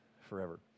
forever